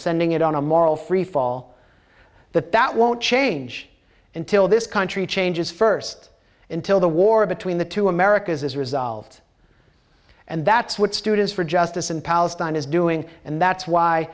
sending it on a moral freefall that that won't change until this country changes first until the war between the two americas is resolved and that's what students for justice in palestine is doing and that's why